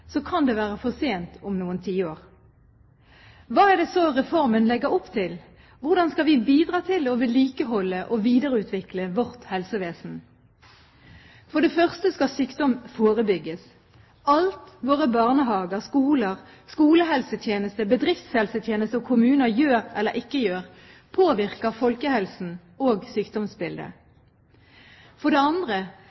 så reformen legger opp til? Hvordan skal vi bidra til å vedlikeholde og videreutvikle vårt helsevesen? For det første skal sykdom forebygges. Alt våre barnehager, skoler, skolehelsetjeneste, bedriftshelsetjeneste og kommuner gjør eller ikke gjør, påvirker folkehelsen og sykdomsbildet.